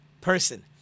person